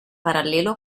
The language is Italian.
parallelo